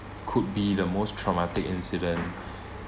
could be the most traumatic incident